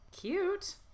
Cute